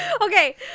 okay